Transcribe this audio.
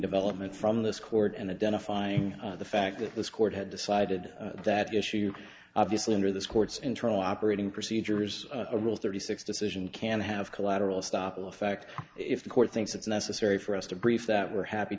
development from this court and identifying the fact that this court had decided that issue obviously under this court's internal operating procedures a rule thirty six decision can have collateral estoppel effect if the court thinks it's necessary for us to brief that we're happy